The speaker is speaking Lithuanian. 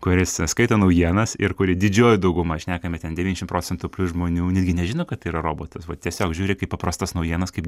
kuris skaito naujienas ir kurį didžioji dauguma šnekame ten devyniasdešim procentų žmonių netgi nežino kad tai yra robotas va tiesiog žiūri kaip paprastas naujienas kaip